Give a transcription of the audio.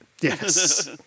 Yes